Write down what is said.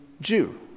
Jew